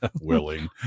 willing